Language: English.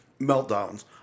meltdowns